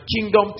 kingdom